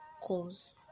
cause